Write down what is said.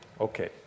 Okay